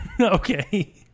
Okay